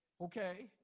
Okay